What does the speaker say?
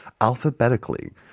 alphabetically